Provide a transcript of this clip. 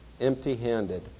empty-handed